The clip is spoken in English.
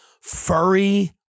Furry